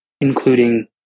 including